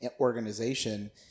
organization